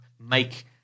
make